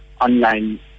online